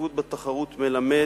ההשתתפות בתחרות מלמד